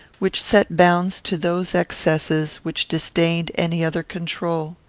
which set bounds to those excesses which disdained any other control.